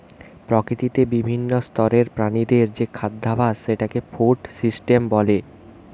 প্রকৃতিতে বিভিন্ন স্তরের প্রাণীদের যে খাদ্যাভাস সেটাকে ফুড সিস্টেম বলে